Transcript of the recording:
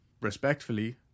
respectfully